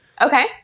Okay